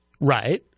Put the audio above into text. Right